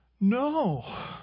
No